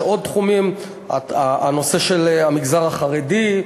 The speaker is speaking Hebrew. יש עוד תחומים: הנושא של המגזר החרדי,